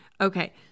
Okay